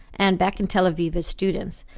and back in tel aviv as students,